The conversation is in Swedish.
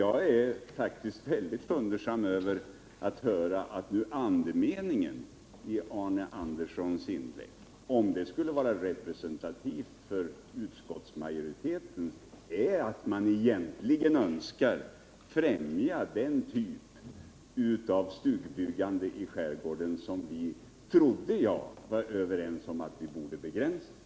Jag är faktiskt väldigt överraskad över att höra att andemeningen i Arne Anderssons inlägg — om nu den är representativ för utskottsmajoriteten — är att man egentligen önskar främja den typ av stugbyggande i skärgården som jag trodde vi var överens om borde begränsas.